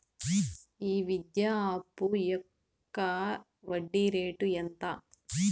ఈ విద్యా అప్పు యొక్క వడ్డీ రేటు ఎంత?